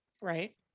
Right